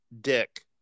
dick